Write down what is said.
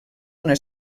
una